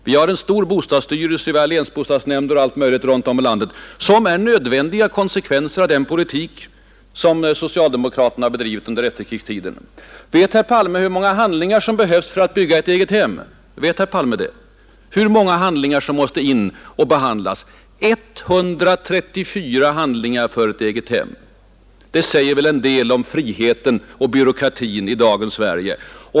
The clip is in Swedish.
Vi har nu en bostadsstyrelse, länsbostadsnämnder och allt annat möjligt som är nödvändiga konsekvenser av den bostadspolitik som socialdemokraterna bedrivit under efterkrigstiden. En annan bostadspolitik hade inte krävt en så stor och dyr byråkrati. Vet herr Palme hur många handlingar som krävs för att få bygga ett eget hem? Det är 134 stycken, vilket väl säger en del om friheten och byråkratin i dagens Sverige.